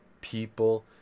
People